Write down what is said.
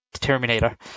Terminator